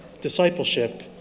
discipleship